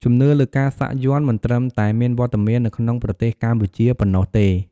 ជំនឿលើការសាក់យ័ន្តមិនត្រឹមតែមានវត្តមាននៅក្នុងប្រទេសកម្ពុជាប៉ុណ្ណោះទេ។